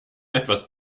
etwas